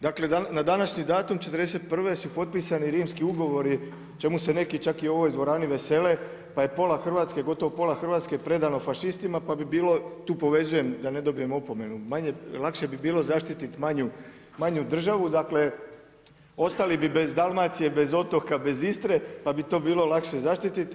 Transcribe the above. Dakle, na današnji datum '41. su potpisali Rimski ugovori, o čemu se neki čak i u ovoj dvorani neki vesele, pa je pola Hrvatske, gotovo pola Hrvatske, predano fašistima, pa bi bilo, tu povezujem, da ne dobijem opomenu, lakše bi bilo manju državu, dakle, ostali bi bez Dalmacije, bez otoka, bez Istre, pa bi to bilo lakše zaštiti.